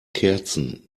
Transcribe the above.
kerzen